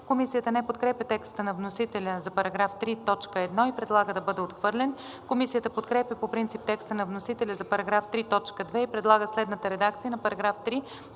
Комисията не подкрепя текста на вносителя за § 3, т. 1 и предлага да бъде отхвърлен. Комисията подкрепя по принцип текста на вносителя за § 3, т. 2 и предлага следната редакция на § 3,